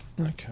Okay